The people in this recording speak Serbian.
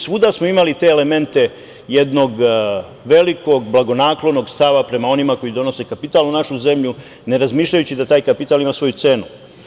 Svuda smo imali te elemente jednog velikog blagonaklonog stava prema onima koji donose kapital u našu zemlju, ne razmišljajući da taj kapital ima svoju cenu.